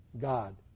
God